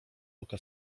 oka